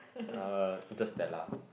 uh Interstellar